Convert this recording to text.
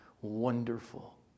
wonderful